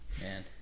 man